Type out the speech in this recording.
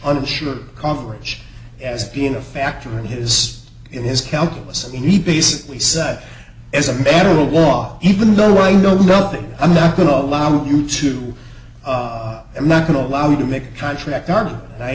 uninsured coverage as being a factor in his in his calculus and he basically said as a better a law even though i know nothing i'm not going to allow you to i'm not going to allow you to make contract aren